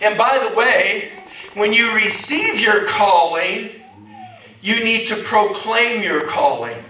and by the way when you receive your call way you need to proclaim your calling